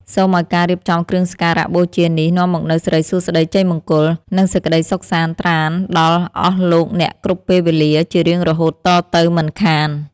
សូមឱ្យការរៀបចំគ្រឿងសក្ការៈបូជានេះនាំមកនូវសិរីសួស្តីជ័យមង្គល និង សេចក្តីសុខសាន្តត្រាណដល់អស់លោកអ្នកគ្រប់ពេលវេលាជារៀងរហូតតទៅមិនខាន។